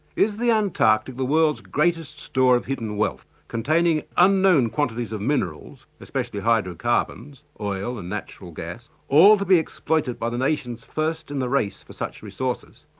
is the antarctic the world's greatest store of hidden wealth, containing unknown quantities of minerals, especially hydro-carbons, oil, and natural gas, all to be exploited by the nations first in the face for such resources?